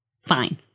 Fine